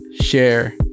share